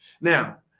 Now